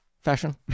fashion